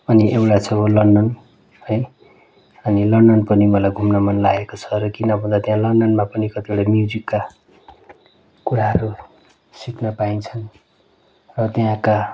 अनि एउटा छ लन्डन है अनि लन्डन पनि मलाई घुम्न मनलागेको छ किन भन्दा त्यहाँ लन्डनमा पनि कतिवटा म्युजिकका कुराहरू सिक्न पाइन्छन् र त्यहाँका